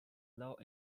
law